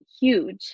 huge